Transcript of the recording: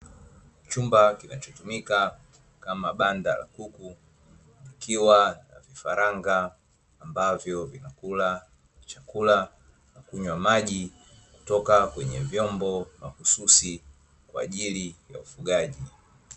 Chumba kinachotumika kama banda la kuku kukiwa na vifaranga ambavyo vinakula chakula na kunywa maji kutoka kwenye vyombo mahususi kwa ajili ya ufugaji.